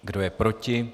Kdo je proti?